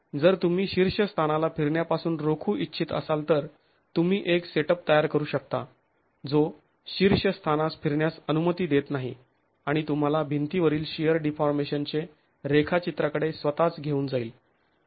जर तुम्ही शीर्षस्थानाला फिरण्यापासून रोखू इच्छित असाल तर तुम्ही एक सेटअप तयार करू शकता जो शीर्षस्थानास फिरण्यास अनुमती देत नाही आणि तुम्हाला भिंतीवरील शिअर डीफॉर्मेशनचे रेखाचित्राकडे स्वतःच घेऊन जाईल